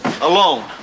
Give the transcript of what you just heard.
Alone